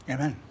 Amen